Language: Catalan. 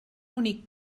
únic